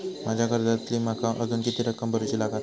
माझ्या कर्जातली माका अजून किती रक्कम भरुची लागात?